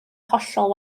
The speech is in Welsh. hollol